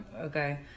Okay